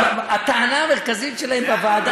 אבל הטענה המרכזית שלהם בוועדה,